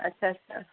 अच्छा अच्छा